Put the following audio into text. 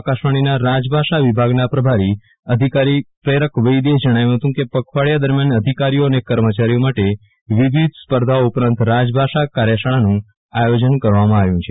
આકાશવાણીના રાજભાષા વિભાગના પ્રભારી અધિકારી પ્રેરક વૈદ્ય જણાવ્યુ હતું કે પખવાડીયા દરમ્યાન અધિકારીઓ અને કર્મચારીઓ માટે વિવિધ સ્પર્ધાઓ ઉપરાંત રાજભાષા કાર્યશાળાનું આયોજન કરવામાં આવ્યુ છે